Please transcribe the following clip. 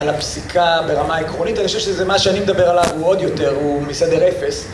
על הפסיקה ברמה עקרונית, אני חושב שזה מה שאני מדבר עליו הוא עוד יותר, הוא מסדר אפס.